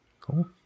cool